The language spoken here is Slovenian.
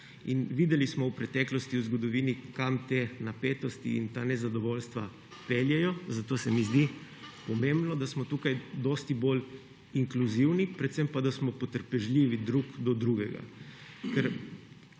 In videli smo v preteklosti, v zgodovini, kam te napetosti in ta nezadovoljstva peljejo, zato se mi zdi pomembno, da smo tukaj dosti bolj inkluzivni, predvsem pa da smo potrpežljivi drug do drugega.